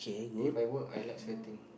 If I work I like sweating